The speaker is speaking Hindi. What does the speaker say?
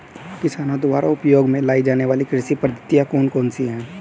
किसानों द्वारा उपयोग में लाई जाने वाली कृषि पद्धतियाँ कौन कौन सी हैं?